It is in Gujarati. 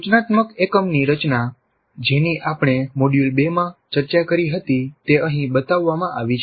સૂચનાત્મક એકમની રચના જેની આપણે પહેલા મોડ્યુલ 2 માં ચર્ચા કરી હતી તે અહીં બતાવવામાં આવી છે